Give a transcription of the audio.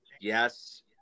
Yes